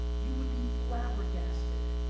you would be flabbergasted